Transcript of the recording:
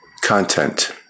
content